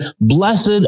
blessed